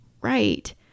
right